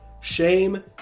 Shame